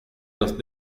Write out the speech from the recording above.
nos